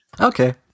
Okay